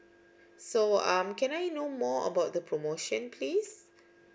so um can I know more about the promotion please